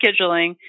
scheduling